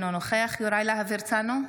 אינו נוכח יוראי להב הרצנו,